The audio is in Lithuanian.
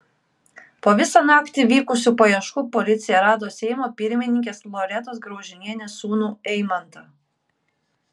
po visą naktį vykusių paieškų policija rado seimo pirmininkės loretos graužinienės sūnų eimantą